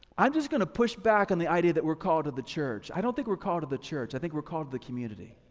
i'm just gonna push back on the idea that we're called to the church, i don't think we're called to the church, i think we're called to the community.